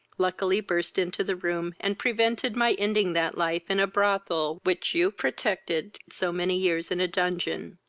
luckily burst into the room, and prevented my ending that life in a brothel which you protected so many years in a dungeon.